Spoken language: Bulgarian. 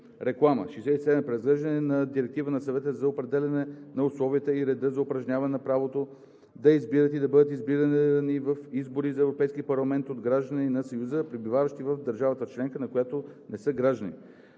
реклама. 67. Преразглеждане на Директивата на Съвета за определяне на условията и реда за упражняване на правото да избират и да бъдат избирани в избори за Европейски парламент от граждани на Съюза, пребиваващи в държава членка, на която не са граждани.